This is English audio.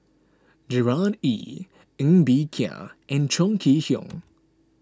Gerard Ee Ng Bee Kia and Chong Kee Hiong